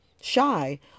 shy